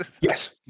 Yes